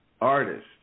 artist